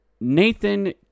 Nathan